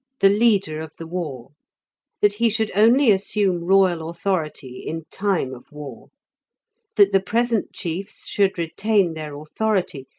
the leader of the war that he should only assume royal authority in time of war that the present chiefs should retain their authority,